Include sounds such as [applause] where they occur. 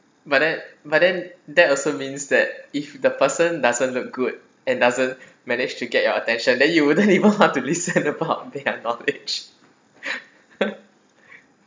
but then but then that also means that if the person doesn't look good and doesn't [breath] manage to get your attention then you [laughs] wouldn't even want to listen about their knowledge [laughs]